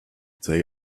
they